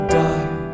die